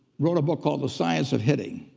wrote a book called the science of hitting.